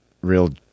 Real